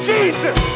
Jesus